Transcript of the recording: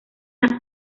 las